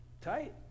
tight